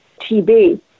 TB